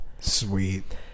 Sweet